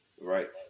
right